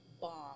bomb